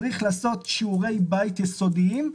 צריך לעשות שיעורי בית יסודיים,